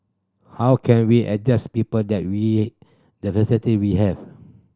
how can we a just people that with the visitor we have